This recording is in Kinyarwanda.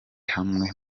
hamwe